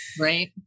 Right